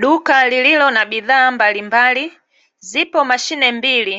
Duka lililo na bidhaa mbalimbali; zipo mashine mbili,